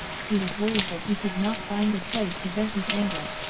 he was worried that he could not find a place to vent his anger.